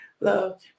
Love